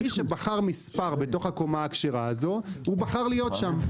מי שבחר מספר בתוך הקומה הכשרה הזאת הוא בחר להיות שם.